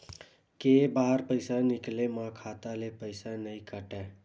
के बार पईसा निकले मा खाता ले पईसा नई काटे?